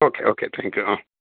okay okay thank you ആ